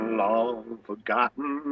long-forgotten